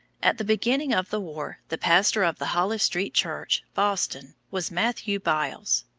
at the beginning of the war, the pastor of the hollis street church, boston, was matthew byles.